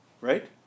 right